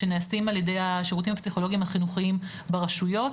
שנעשים על ידי השירותים הפסיכולוגים החינוכיים ברשויות.